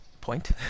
point